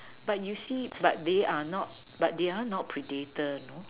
but you see but they are not but they are not predator you know